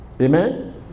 amen